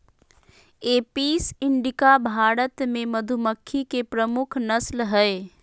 Apis indica Bharat मे मधुमक्खी के प्रमुख नस्ल हय